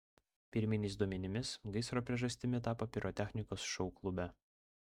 pirminiais duomenimis gaisro priežastimi tapo pirotechnikos šou klube